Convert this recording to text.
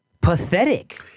Pathetic